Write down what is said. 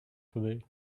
today